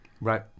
right